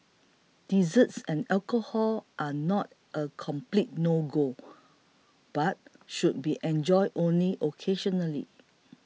desserts and alcohol are not a complete no go but should be enjoyed only occasionally